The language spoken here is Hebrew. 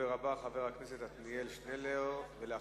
הדובר הבא, חבר הכנסת עתניאל שנלר, ואחריו,